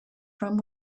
from